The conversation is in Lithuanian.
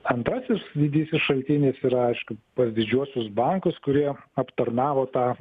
antrasis didysis šaltinis yra aišku pas didžiuosius bankus kurie aptarnavo tą